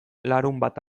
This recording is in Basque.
larunbat